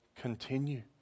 continue